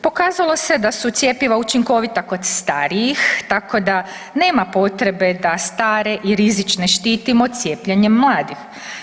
Pokazalo se da su cjepiva učinkovita kod starijih tako da nema potrebe da stare i rizične štitimo cijepljenjem mladih.